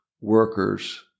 workers